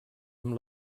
amb